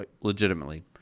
legitimately